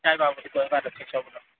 ବୁଝେଇକି କହିବାର ଅଛି ସବୁ ଲୋକକୁଁ